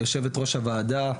יושבת-ראש הוועדה,